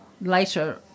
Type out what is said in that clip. later